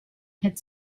had